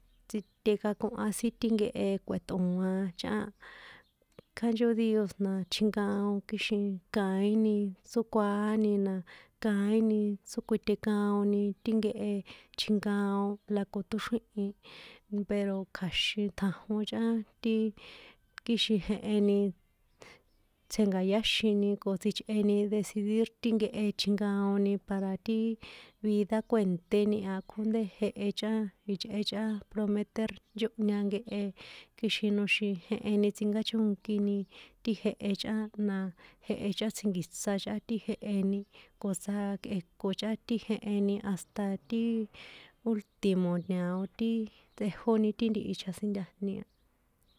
Tsitekakoha sin ti nkehe kꞌue̱ṭoan chꞌán, kjánchó díos na tjinkaon kixin kaíni tsokuaáni na, kaíni tsókuitekaoni ti nkehe tjinkaon la ko ṭóxríhi̱n, pero kja̱xin tjanjon chꞌán ti, kixin jeheni tsjenka̱yáxini ko tsichꞌeni decidir ti nkehe tjinkaoni para ti vida kuènṭéni a kjónṭé jehe chꞌán ichꞌe chꞌán prometer nchóhña nkehe kixin noxin jeheni tsinkáchónkini ti jehe chꞌán na, jehe chꞌán tsjinkiṭsa chꞌán ti jeheni ko tsjakꞌeko chꞌán ti jeheni hasta ti ultimo ña̱o ti tsꞌejóni ti ntihi chjasintajni a.